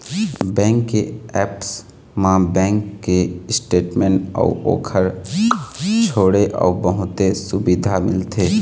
bank के apps म bank के स्टेटमेंट अउ ओखर छोड़े अउ बहुते सुबिधा मिलथे